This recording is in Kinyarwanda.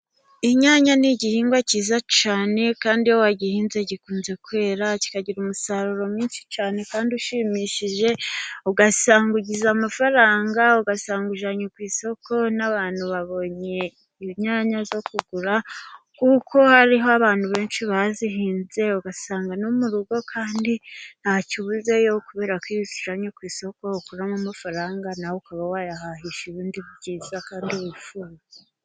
Inyanya ni igihingwa cyiza cyane kandi iyo wagihinze gikunze kwera kikagira umusaruro mwinshi cyane kandi ushimishije, ugasanga ugize amafaranga ugasanga ujyanye ku isoko n'abantu babonye inyanya zo kugura, kuko hariho abantu benshi bazihinze ugasanga no mu rugo kandi nta kibuzeyo kuberako iyo uzijyanye ku isoko ukuramo amafaranga, nawe ukaba wayahahisha ibindi byiza kandi wifuza.